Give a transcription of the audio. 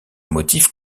motif